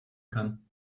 kann